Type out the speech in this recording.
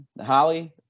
Holly